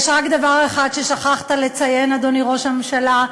יש דבר אחד ששכחת לציין, אדוני ראש הממשלה,